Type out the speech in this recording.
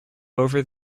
over